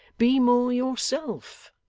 be more yourself.